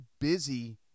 busy